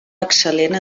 excel·lent